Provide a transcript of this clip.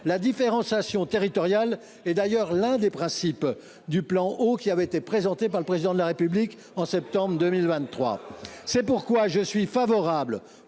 La différenciation territoriale est d’ailleurs l’un des principes du plan Eau qui avait été présenté par le Président de la République en septembre 2023. Rien à voir ! C’est pourquoi je suis favorable,